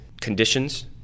conditions